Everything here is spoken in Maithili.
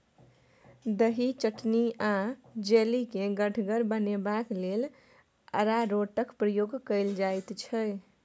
दही, चटनी आ जैली केँ गढ़गर बनेबाक लेल अरारोटक प्रयोग कएल जाइत छै